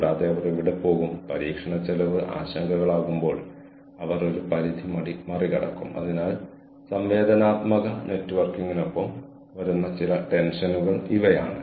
കൂടാതെ ഞാൻ ഇത് ടീമിലെ മറ്റുള്ളവരുമായി പങ്കിടുമ്പോൾ ഞങ്ങൾക്കെല്ലാം അതിൽ സന്തോഷം തോന്നുന്നു